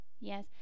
yes